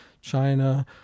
China